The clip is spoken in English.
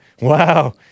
Wow